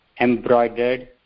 embroidered